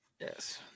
Yes